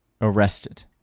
arrested